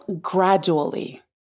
gradually